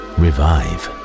revive